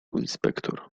inspektor